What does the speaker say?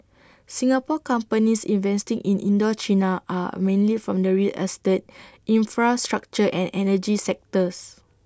Singapore companies investing in Indochina are mainly from the real estate infrastructure and energy sectors